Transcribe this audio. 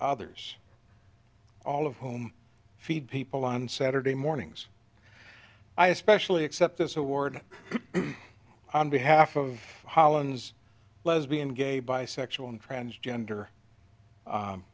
others all of whom feed people on saturday mornings i especially accept this award on behalf of hollands lesbian gay bisexual and transgender